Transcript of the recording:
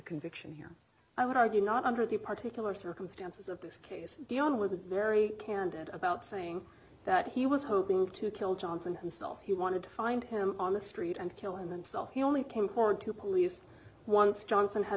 conviction here i would argue not under the particular circumstances of this case beyond was very candid about saying that he was hoping to kill johnson himself he wanted to find him on the street and kill himself he only came forward to police once johnson had